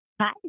Hi